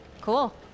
Cool